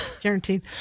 guaranteed